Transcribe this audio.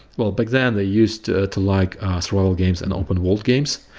well back then they used to to like royalgames and open world games.